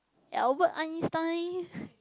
Albert-Einstein